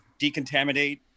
decontaminate